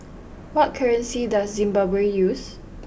what currency does Zimbabwe use